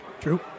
True